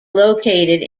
located